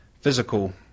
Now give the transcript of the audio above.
physical